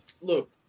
look